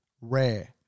Rare